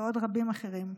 ועוד רבים אחרים.